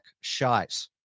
shite